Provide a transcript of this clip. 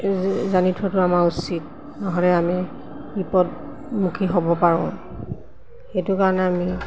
জানি থোৱাটো আমাৰ উচিত নহ'লে আমি বিপদমুখী হ'ব পাৰোঁ সেইটো কাৰণে আমি